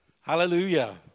Hallelujah